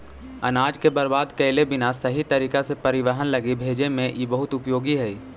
अनाज के बर्बाद कैले बिना सही तरीका से परिवहन लगी भेजे में इ बहुत उपयोगी हई